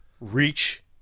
reach